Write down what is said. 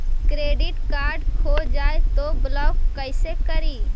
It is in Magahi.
क्रेडिट कार्ड खो जाए तो ब्लॉक कैसे करी?